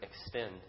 extend